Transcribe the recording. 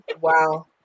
wow